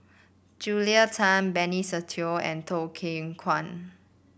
Julia Tan Benny Se Teo and Choo Keng Kwang